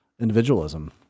individualism